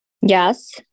Yes